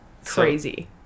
crazy